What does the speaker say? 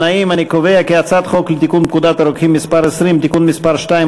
חוק לתיקון פקודת הרוקחים (מס' 20) (תיקון מס' 2,